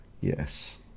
Yes